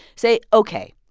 say, ok,